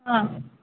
ಹಾಂ